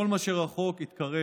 כל מה שרחוק התקרב.